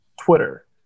Twitter